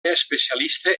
especialista